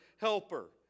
helper